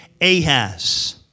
Ahaz